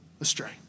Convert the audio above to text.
astray